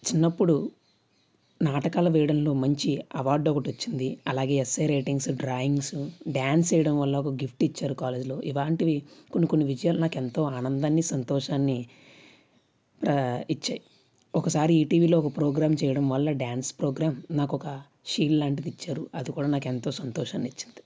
చిన్నప్పుడు నాటకాలు వేయడంలో మంచి అవార్డు ఒకటి వచ్చింది అలాగే ఎస్సే రైటింగ్స్ డ్రాయింగ్స్ డ్యాన్స్ చేయడం వల్ల ఒక గిఫ్ట్ ఇచ్చారు కాలేజీలో ఇలాంటివి కొన్ని కొన్ని విజయాలు నాకు ఎంతో ఆనందాన్ని సంతోషాన్ని ఇచ్చాయి ఒకసారి ఈ టీవీలో ఒక ప్రోగ్రాం చేయడం వల్ల డ్యాన్స్ ప్రోగ్రాం నాకు ఒక షీల్డ్ లాంటిది ఇచ్చారు అది కూడా నాకు ఎంతో సంతోషాన్ని వచ్చింది